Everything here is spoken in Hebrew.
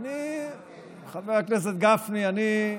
חבר הכנסת גפני, אני,